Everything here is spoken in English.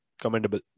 commendable